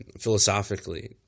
philosophically